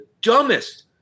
dumbest